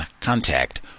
contact